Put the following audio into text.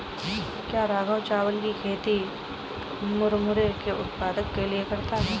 क्या राघव चावल की खेती मुरमुरे के उत्पाद के लिए करता है?